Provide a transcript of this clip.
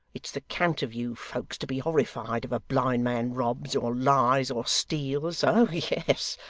it's the cant of you folks to be horrified if a blind man robs, or lies, or steals oh yes,